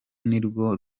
nirwo